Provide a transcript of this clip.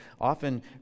often